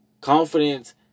Confidence